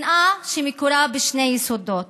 שנאה שמקורה בשני יסודות: